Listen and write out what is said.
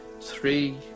three